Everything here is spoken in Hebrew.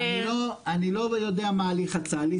אני לא יודע מה ההליך הצה"לי,